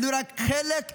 אלו רק חלק מהדוגמאות.